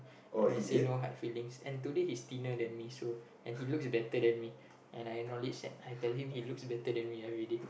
and I say no hard feelings and today he's thinner than me so and he looks better than me and I acknowledge that I tell him he looks better everyday and I say no hard feelings